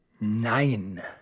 Nine